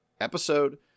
episode